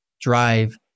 drive